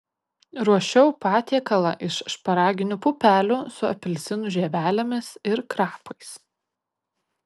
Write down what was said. ruošiau patiekalą iš šparaginių pupelių su apelsinų žievelėmis ir krapais